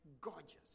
gorgeous